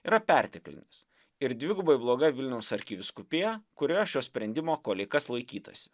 yra perteklinis ir dvigubai bloga vilniaus arkivyskupija kurioje šio sprendimo kolei kas laikytasi